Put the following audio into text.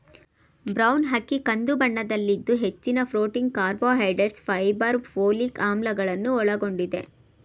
bran ಅಕ್ಕಿ ಕಂದು ಬಣ್ಣದಲ್ಲಿದ್ದು ಹೆಚ್ಚಿನ ಪ್ರೊಟೀನ್, ಕಾರ್ಬೋಹೈಡ್ರೇಟ್ಸ್, ಫೈಬರ್, ಪೋಲಿಕ್ ಆಮ್ಲಗಳನ್ನು ಒಳಗೊಂಡಿದೆ